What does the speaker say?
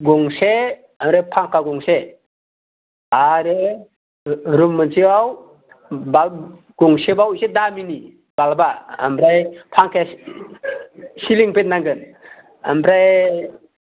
गंसे आरो फांखा गंसे आरो रुम मोनसेयाव बाल्ब गंसेबाव इसे दामिनि बाल्बा ओमफ्राय फांखाया सिलिं फेन नांगोन ओमफ्राय